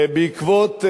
בעקבות,